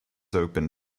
open